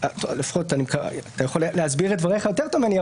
אתה יכול להסביר את דבריך יותר ממני,